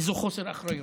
וזה חוסר אחריות.